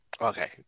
Okay